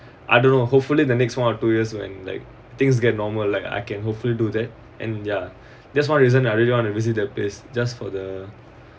I don't know hopefully the next one or two years when like things get normal like I can hopefully do that and ya that's one reason I really want to visit their place just for the